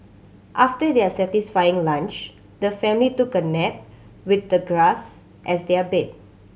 after their satisfying lunch the family took a nap with the grass as their bed